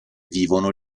vivono